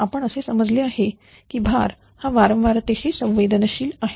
आपण असे समजले आहे की भार हा वारंवार ते शी संवेदनशील आहे